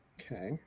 Okay